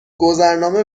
گذرنامه